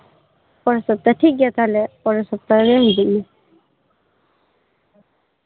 ᱯᱚᱨᱮᱨ ᱥᱚᱯᱛᱟᱦ ᱴᱷᱤᱠ ᱜᱮᱭᱟ ᱛᱟᱦᱞᱮ ᱯᱚᱨᱮᱨ ᱥᱚᱯᱛᱟ ᱨᱮ ᱦᱤᱡᱩᱜ ᱢᱮ